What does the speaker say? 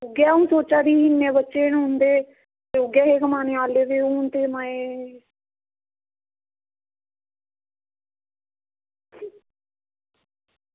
उऐ अंऊ सोचा दी ही इन्ने बच्चे न ते उंदे ते उऐ हे कमानै आह्ले हून ते माए